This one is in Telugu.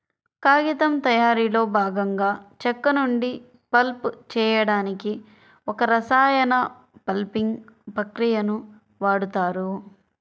కాగితం తయారీలో భాగంగా చెక్క నుండి పల్ప్ చేయడానికి ఒక రసాయన పల్పింగ్ ప్రక్రియని వాడుతారు